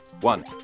One